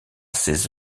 ses